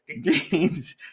James